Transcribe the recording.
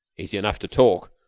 easy enough to talk,